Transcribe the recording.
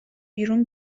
بیرون